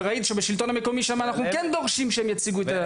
וראית שבשלטון המקומי אנחנו כן דורשים שהם יציגו.